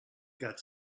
got